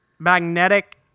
magnetic